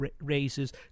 raises